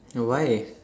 no why